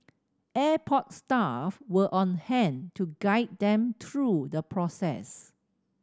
airport staff were on hand to guide them through the process